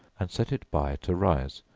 and set it by to rise,